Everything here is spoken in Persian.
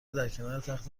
درکنارتخت